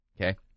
Okay